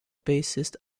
bassist